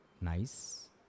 nice